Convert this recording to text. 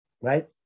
right